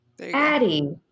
Addie